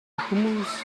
hummus